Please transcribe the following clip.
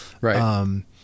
Right